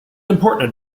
important